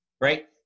right